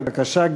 בבקשה,